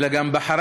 אלא גם בחרה